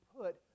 put